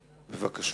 בבקשה.